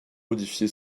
modifié